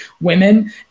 women